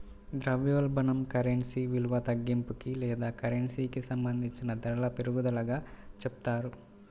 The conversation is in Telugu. ద్రవ్యోల్బణం కరెన్సీ విలువ తగ్గింపుకి లేదా కరెన్సీకి సంబంధించిన ధరల పెరుగుదలగా చెప్తారు